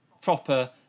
proper